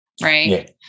Right